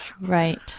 Right